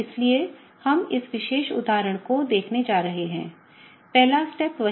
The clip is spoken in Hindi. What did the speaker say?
इसलिए हम इस विशेष उदाहरण को देखने जा रहे हैं पहला स्टेप वही है